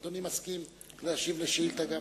אדוני מסכים להשיב גם על השאלה?